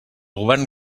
govern